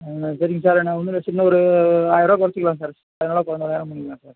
ஆ சரிங்க சார் நான் வந்து சின்ன ஒரு ஆயர்ரூவா குறச்சிக்கலாம் சார் ஃபைனலாக பதினோறாயிரம் முடிக்கலாம் சார்